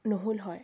নহ'ল হয়